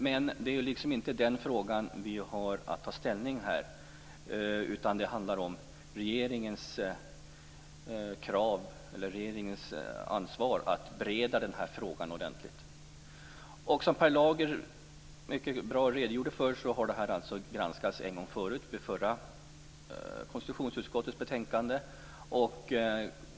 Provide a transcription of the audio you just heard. Men det är inte den frågan vi har att ta ställning till här, utan det handlar om regeringens ansvar att bereda frågan ordentligt. Som Per Lager mycket bra redogjorde för har det här granskats en gång förut i KU.